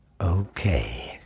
Okay